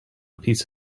piece